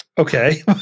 Okay